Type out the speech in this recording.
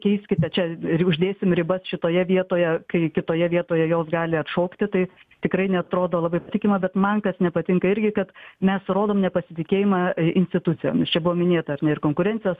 keiskite čia ir uždėsim ribas šitoje vietoje kai kitoje vietoje jos gali atšokti tai tikrai neatrodo labai patikima bet man kas nepatinka irgi kad mes rodom nepasitikėjimą institucijomis čia buvo minėta ar ne ir konkurencijos